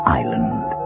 island